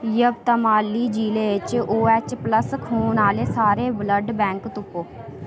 जवतमाली जि'ले च ओऐच प्लस खून आह्ले सारे ब्लड बैंक तुप्पो